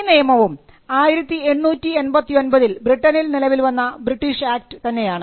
ഈ നിയമവും 1889 ൽ ബ്രിട്ടനിൽ നിലവിൽവന്ന ബ്രിട്ടീഷ് ആക്ട് തന്നെയാണ്